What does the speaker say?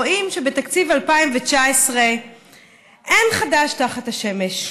רואים שבתקציב 2019 אין חדש תחת השמש.